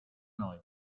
noi